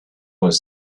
was